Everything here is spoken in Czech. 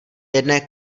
jedné